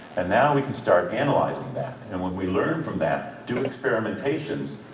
and now we can start analyzing that. and what we learned from that, doing experimentations,